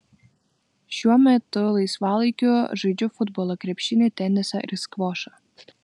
šiuo metu laisvalaikiu žaidžiu futbolą krepšinį tenisą ir skvošą